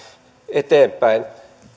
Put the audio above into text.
eteenpäin